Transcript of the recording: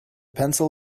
pencil